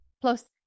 Plus